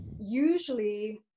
usually